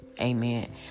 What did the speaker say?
Amen